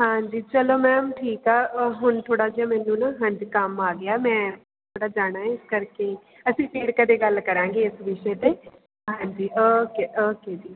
ਹਾਂਜੀ ਚਲੋ ਮੈਮ ਠੀਕ ਆ ਹੁਣ ਥੋੜ੍ਹਾ ਜਿਹਾ ਮੈਨੂੰ ਨਾ ਹਾਂਜੀ ਕੰਮ ਆ ਗਿਆ ਮੈਂ ਥੋੜ੍ਹਾ ਜਾਣਾ ਹੈ ਇਸ ਕਰਕੇ ਅਸੀਂ ਫਿਰ ਕਦੇ ਗੱਲ ਕਰਾਂਗੇ ਇਸ ਵਿਸ਼ੇ 'ਤੇ ਹਾਂਜੀ ਓਕੇ ਓਕੇ ਜੀ ਨਮਸ਼ਕਾਰ ਜੀ